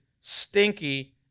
stinky